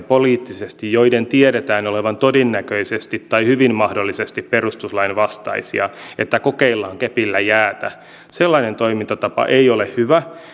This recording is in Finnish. poliittisesti kompromisseista joiden tiedetään olevan todennäköisesti tai hyvin mahdollisesti perustuslain vastaisia eli kokeillaan kepillä jäätä sellainen toimintatapa ei ole hyvä